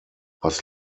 was